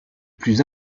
plus